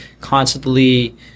constantly